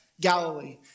Galilee